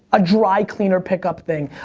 a dry cleaner pickup thing.